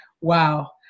Wow